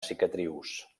cicatrius